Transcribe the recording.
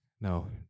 No